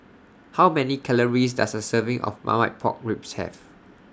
How Many Calories Does A Serving of Marmite Pork Ribs Have